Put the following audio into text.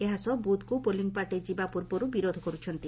ଏହା ସହ ବୁଥ୍କୁ ପୋଲିଂ ପାର୍ଟି ଯିବା ପୂର୍ବରୁ ବିରୋଧ କରୁଛନ୍ତି